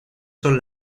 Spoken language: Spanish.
son